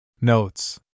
Notes